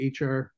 HR